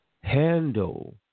handle